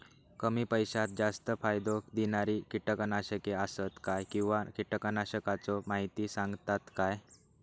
कमी पैशात जास्त फायदो दिणारी किटकनाशके आसत काय किंवा कीटकनाशकाचो माहिती सांगतात काय?